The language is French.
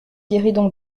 guéridon